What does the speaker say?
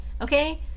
okay